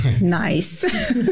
Nice